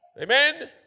Amen